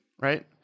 right